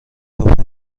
تفنگ